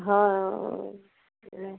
হয় অঁ অঁ